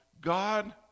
God